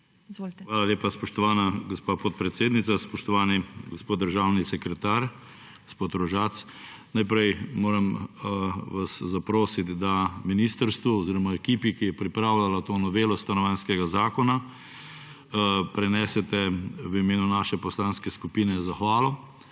Hvala lepa spoštovana gospa podpredsednica, spoštovani gospod državni sekretar, gospod Rožac. Najprej moram vas zaprositi, da ministrstvu oziroma ekipi, ki je pripravljala to novelo stanovanjskega zakona, prenesete v imenu naše poslanske skupine zahvalo.